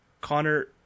Connor